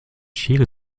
schere